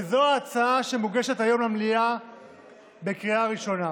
וזו ההצעה שמוגשת היום למליאה בקריאה ראשונה.